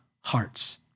hearts